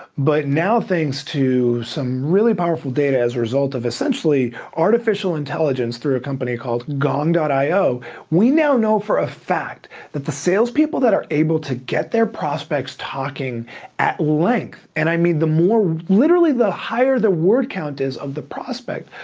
but now thanks to some really powerful data, as a result of essentially artificial intelligence through a company called gong io we now know for a fact that the sales people that are able to get their prospects talking at length, and i mean the more, literally the higher the word count is of the prospect,